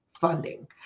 funding